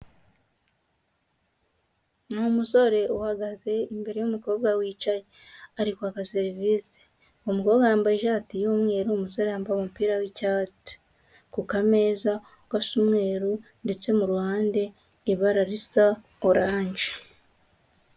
Ni umusore uhagaze imbere y'umukobwa wicaye ari kwaka serivise. Umukobwa yambaye ishati y'umweru, umusore yambaye umupira w'icyatsi. Ku kameza gasa umweru ndetse mu ruhande ibara risa oranje.